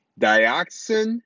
Dioxin